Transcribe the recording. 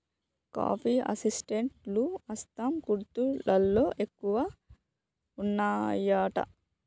coffee estate లు అస్సాం, కూర్గ్ లలో ఎక్కువ వున్నాయట